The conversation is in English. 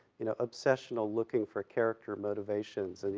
you know, obsessional looking for character motivations. and,